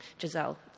Giselle